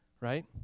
right